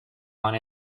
want